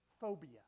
phobia